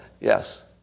Yes